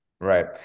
Right